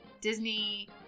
Disney